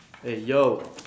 hey yo